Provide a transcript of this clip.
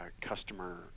customer